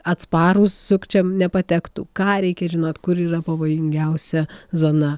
atsparūs sukčiam nepatektų ką reikia žinot kur yra pavojingiausia zona